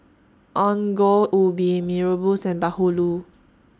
Ongol Ubi Mee Rebus and Bahulu